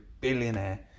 billionaire